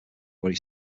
where